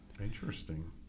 Interesting